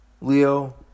Leo